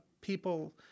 people